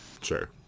Sure